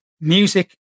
music